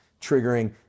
triggering